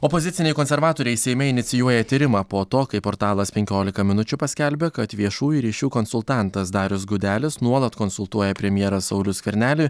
opoziciniai konservatoriai seime inicijuoja tyrimą po to kai portalas penkiolika minučių paskelbė kad viešųjų ryšių konsultantas darius gudelis nuolat konsultuoja premjerą saulių skvernelį